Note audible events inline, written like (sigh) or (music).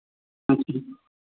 (unintelligible)